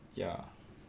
ya